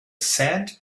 sand